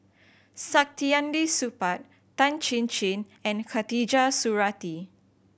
Saktiandi Supaat Tan Chin Chin and Khatijah Surattee